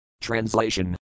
Translation